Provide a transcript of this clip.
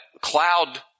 cloud